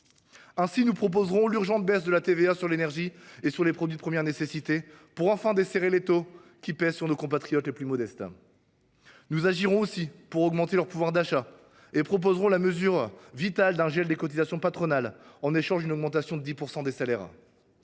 Français. Nous proposerons notamment la baisse urgente de la TVA sur l’énergie et sur les produits de première nécessité, pour enfin desserrer l’étau qui pèse sur nos compatriotes les plus modestes. Nous agirons aussi pour augmenter le pouvoir d’achat, en proposant notamment la mesure vitale qu’est le gel des cotisations patronales, en échange d’une augmentation de 10 % des salaires.